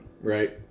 Right